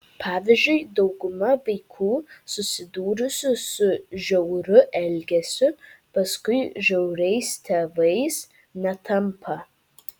pavyzdžiui dauguma vaikų susidūrusių su žiauriu elgesiu paskui žiauriais tėvais netampa